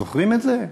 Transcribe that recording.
זוכרים את זה?